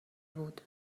بود